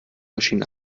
maschine